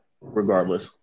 regardless